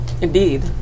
Indeed